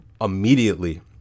immediately